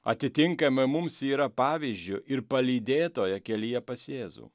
atitinkama mums yra pavyzdžiu ir palydėtoja kelyje pas jėzų